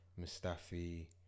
mustafi